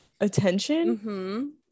attention